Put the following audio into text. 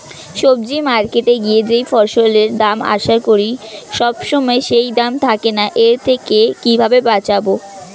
সবজি মার্কেটে গিয়ে যেই ফসলের দাম আশা করি সবসময় সেই দাম থাকে না এর থেকে কিভাবে বাঁচাবো?